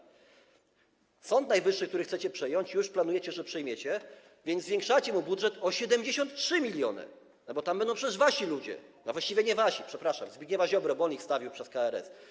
Jeśli chodzi o Sąd Najwyższy, który chcecie przejąć, już planujecie, że go przejmiecie, więc zwiększacie mu budżet o 73 mln, no bo tam będą przecież wasi ludzie, a właściwie nie wasi, przepraszam, Zbigniewa Ziobry, bo on ich wstawił przez KRS.